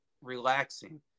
relaxing